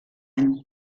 any